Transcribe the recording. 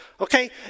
okay